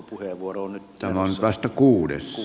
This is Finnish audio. tämä on nyt vasta kuudes